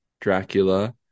dracula